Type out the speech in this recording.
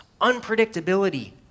unpredictability